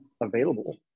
available